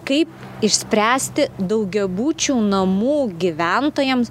kaip išspręsti daugiabučių namų gyventojams